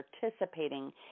participating